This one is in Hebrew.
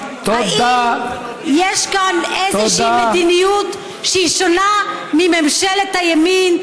והאם יש כאן איזושהי מדיניות שהיא שונה מממשלת הימין,